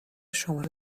شماره